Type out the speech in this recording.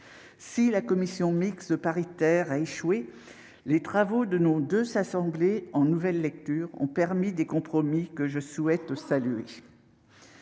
Si la commission mixte paritaire a échoué, les travaux de nos deux assemblées en nouvelle lecture ont permis des compromis que je souhaite saluer.